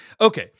okay